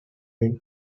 when